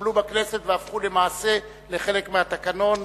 שנתקבלו בכנסת והפכו למעשה לחלק מהתקנון,